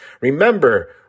Remember